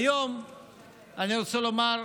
היום אני רוצה לומר,